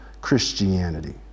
Christianity